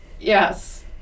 Yes